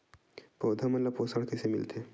पौधा मन ला पोषण कइसे मिलथे?